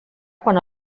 quan